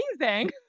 amazing